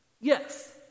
yes